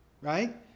right